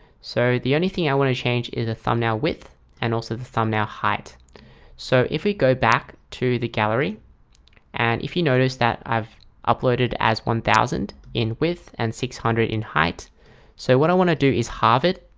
so the only thing i want to change is a thumbnail width and also the thumbnail height so if we go back to the gallery and if you notice that i've uploaded as one thousand in width and six hundred in height so what i want to do is harvard,